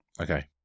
Okay